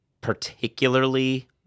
particularly